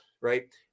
right